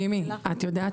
מימי, את יודעת